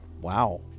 Wow